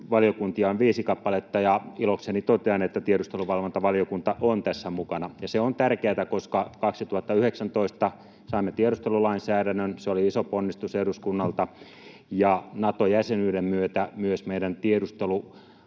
valiokuntia on viisi kappaletta, ja ilokseni totean, että tiedusteluvalvontavaliokunta on tässä mukana, ja se on tärkeätä, koska 2019 saimme tiedustelulainsäädännön, se oli iso ponnistus eduskunnalta, ja Nato-jäsenyyden myötä myös meidän tiedusteluasemamme muuttuu